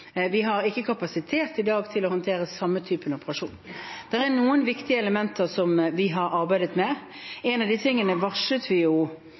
har vi ikke kapasitet i dag til å håndtere samme type operasjon. Det er noen viktige elementer som vi har arbeidet med. En av de tingene varslet vi